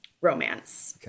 romance